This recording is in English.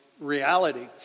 reality